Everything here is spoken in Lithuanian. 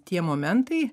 tie momentai